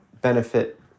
benefit